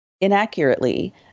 inaccurately